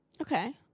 Okay